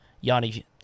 Yanni